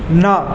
না